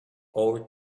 our